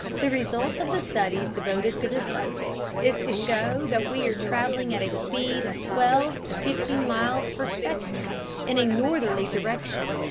the result of the studies devoted to this subject is to show that we are traveling at a speed of twelve to fifteen miles per second in a northerly direction,